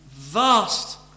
Vast